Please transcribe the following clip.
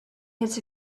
his